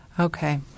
Okay